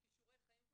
כישורי חיים,